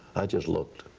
i just looked.